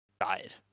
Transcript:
died